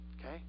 okay